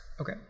Okay